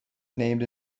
named